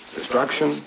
destruction